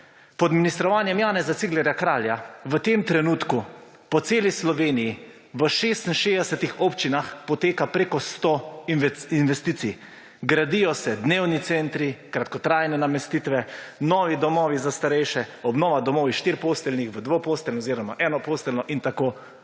Pod ministrovanjem Janeza Ciglerja Kralja v tem trenutku po celi Sloveniji v 66-ih občinah poteka preko 100 investicij, gradijo se dnevni centri, kratkotrajne namestitve, novi domovi za starejše, obnova domov iz 4-posteljnih v dvoposteljnih oziroma enoposteljno in **42.